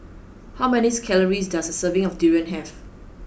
how many calories does a serving of durian have